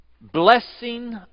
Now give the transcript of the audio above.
Blessing